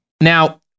Now